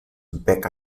back